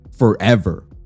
forever